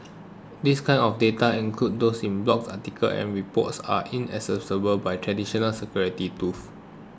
this kind of data including those in blogs articles and reports are inaccessible by traditional security tools